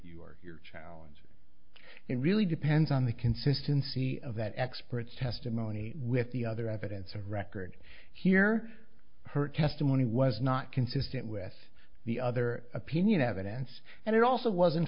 you're challenging it really depends on the consistency of that expert's testimony with the other evidence of record here her testimony was not consistent with the other opinion evidence and it also wasn't